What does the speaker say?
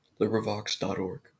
LibriVox.org